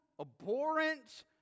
abhorrent